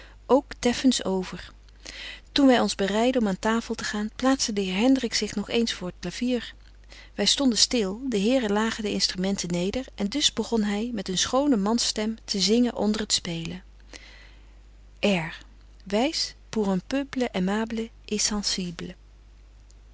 ook teffens over toen wy ons bereidden om aan tafel te gaan plaatste de heer hendrik zich nog eens voor het clavier wy stonden stil de heren lagen de instrumenten neder en dus begon hy met een schone mans stem te zingen onder het spelen air wys pour